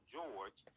George